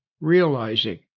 realizing